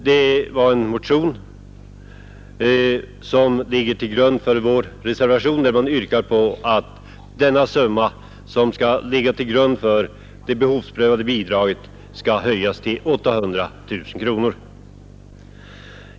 I den motion som ligger till grund för vår reservation på denna punkt har yrkats att det belopp som skall ligga till grund för det behovsprövade bidraget skall höjas till 800 000 kronor.